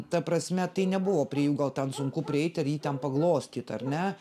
ta prasme tai nebuvo prie jų gal ten sunku prieiti ir jį ten paglostyt ar ne